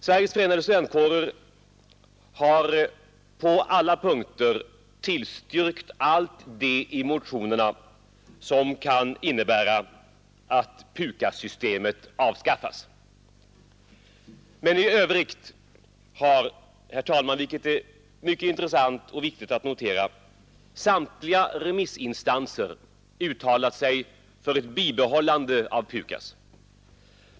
Sveriges förenade studentkårer har på alla punkter tillstyrkt det i motionerna som kan innebära att PUKAS-systemet avskaffas. Men i övrigt har, herr talman, vilket är viktigt att notera, samtliga remissinstanser uttalat sig för ett bibehållande av PUKAS.